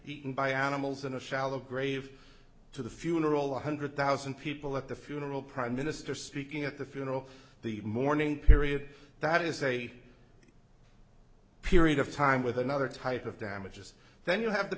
eaten by animals in a shallow grave to the funeral one hundred thousand people at the funeral prime minister speaking at the funeral the mourning period that is a period of time with another type of damages then you have the